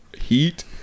heat